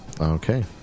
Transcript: Okay